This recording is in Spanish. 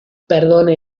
perdone